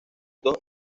dos